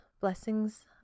Blessings